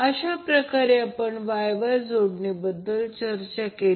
अशाप्रकारे आपण Y Y जोडणीबद्दल चर्चा केली